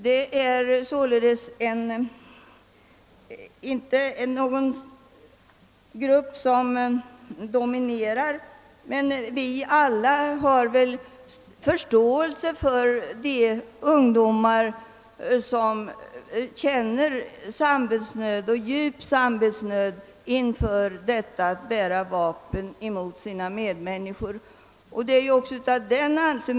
Det är således inte fråga om någon dominerande grupp, men vi hyser väl alla förståelse för de ungdomar som känner samvetsnöd, djup samvetsnöd, inför detta att bära vapen mot sina medmänniskor.